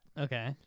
Okay